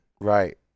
Right